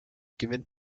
gewinnt